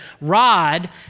rod